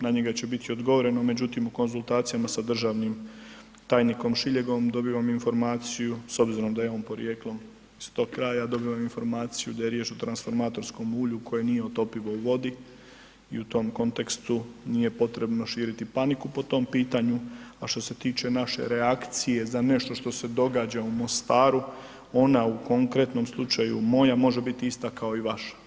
Na njega će biti odgovoreno, međutim u konzultacijama sa državnim tajnikom Šiljegom dobivam informaciju, s obzirom da je on porijeklom iz tog kraja, dobivam informaciju da je riječ o transformatorskom ulju koje nije topivo u vodi i u tom kontekstu nije potrebno širiti paniku po tom pitanu, a što se tiče naše reakcije za nešto što se događa u Mostaru, ona u konkretnom slučaju, moja može biti ista kao i vaša.